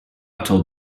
told